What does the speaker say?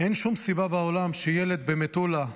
אין שום סיבה בעולם שילד במטולה,